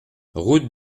route